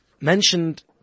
mentioned